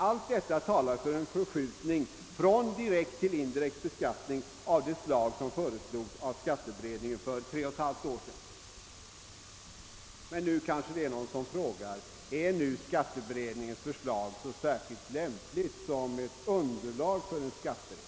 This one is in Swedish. Allt detta talar för en förskjutning från direkt till indirekt beskattning i enlighet med vad som föreslogs av skatteberedningen för tre och ett halvt år sedan. Nu kanske någon frågar: Är skatteberedningens förslag så särskilt lämpligt som underlag för en skattereform?